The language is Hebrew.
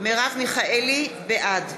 בעד